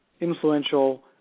influential